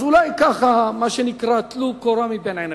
אז אולי טלו קורה מבין עיניכם.